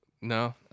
No